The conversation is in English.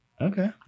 Okay